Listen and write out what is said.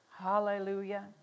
Hallelujah